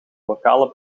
lokale